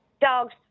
Dogs